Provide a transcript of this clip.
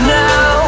now